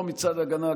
לא מצד ההגנה,